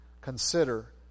consider